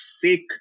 fake